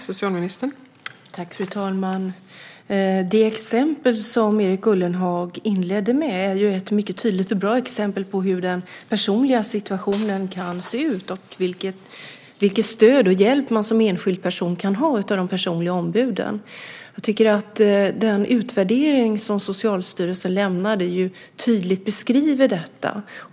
Fru talman! Det exempel som Erik Ullenhag inledde med är ett mycket tydligt och bra exempel på hur den personliga situationen kan se ut och vilket stöd och vilken hjälp man som enskild person kan ha av de personliga ombuden. Jag tycker att den utvärdering som Socialstyrelsen lämnat tydligt beskriver detta.